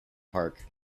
park